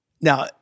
now